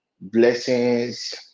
Blessings